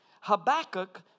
Habakkuk